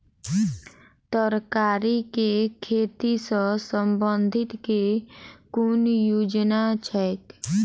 तरकारी केँ खेती सऽ संबंधित केँ कुन योजना छैक?